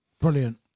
Brilliant